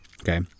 okay